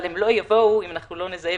אבל הם לא יבואו אם אנחנו לא נזהה